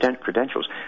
credentials